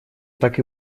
так